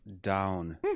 down